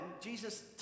Jesus